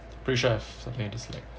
something you dislike